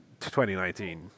2019